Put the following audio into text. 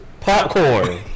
Popcorn